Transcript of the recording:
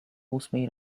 ósmej